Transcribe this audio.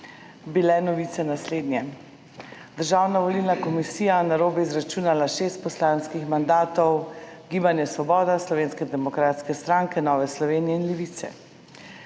bile novice naslednje: »Državna volilna komisija je narobe izračunala šest poslanskih mandatov, Gibanja Svoboda, Slovenske demokratske stranke, Nove Slovenije in Levice.«